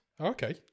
Okay